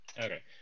okay